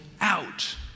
out